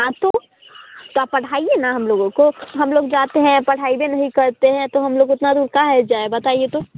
हाँ तो तो आप पढ़ाइए न हम लोगों को हम लोग जाते हैं पढ़ैइबे नहीं करते हैं तो हम लोग उतना दूर काहे जाएँ बताइए तो